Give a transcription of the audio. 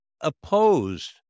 opposed